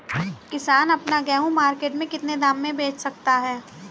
किसान अपना गेहूँ मार्केट में कितने दाम में बेच सकता है?